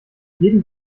jeden